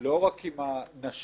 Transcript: לא רק עם הנשים